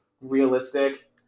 realistic